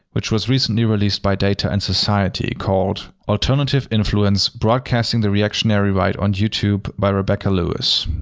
which was recently released by data and society, called alternative influence broadcasting the reactionary right on youtube by rebecca lewis.